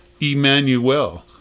Emmanuel